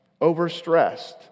overstressed